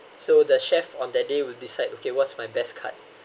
so the chef on that day would decide okay what's my best cut